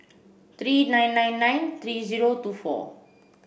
three nine nine nine three zero two four